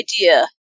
idea